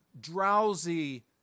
drowsy